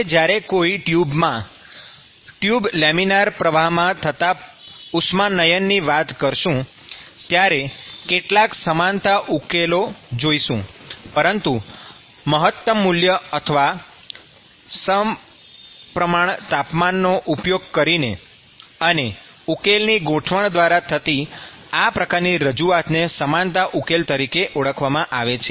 આપણે જ્યારે કોઈ ટ્યુબમાં ટ્યુબ લેમિનાર પ્રવાહ માં થતાં ઉષ્માનયનની વાત કરીશું ત્યારે કેટલાક સમાનતા ઉકેલો જોઇશું પરંતુ મહત્તમ મૂલ્ય અથવા સપ્રમાણ તાપમાનનો ઉપયોગ કરીને અને ઉકેલની ગોઠવણ દ્વારા થતી આ પ્રકારની રજૂઆતને સમાનતા ઉકેલ તરીકે ઓળખવામાં આવે છે